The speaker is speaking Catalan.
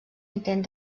intent